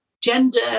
gender